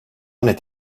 net